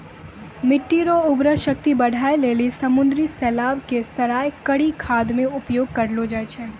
मिट्टी रो उर्वरा शक्ति बढ़ाए लेली समुन्द्री शैलाव के सड़ाय करी के खाद मे उपयोग करलो जाय छै